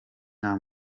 nta